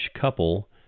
couple